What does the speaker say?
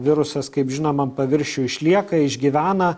virusas kaip žinoma ant paviršių išlieka išgyvena